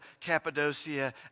Cappadocia